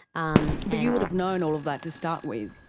um you would have known all of that to start with.